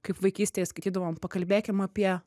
kaip vaikystėje skaitydavom pakalbėkim apie